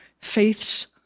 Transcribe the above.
Faith's